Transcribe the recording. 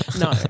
No